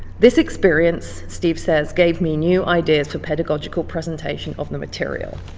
this experience, steve says, gave me new ideas for pedagogical presentation of the material.